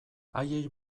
haiei